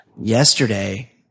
yesterday